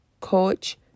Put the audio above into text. coach